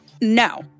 No